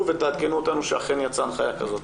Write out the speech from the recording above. ותעדכנו אותנו שאכן יצאה הנחיה כזאת,